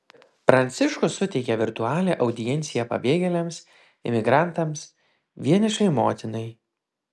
pranciškus suteikė virtualią audienciją pabėgėliams imigrantams vienišai motinai